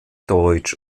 deutsch